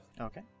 okay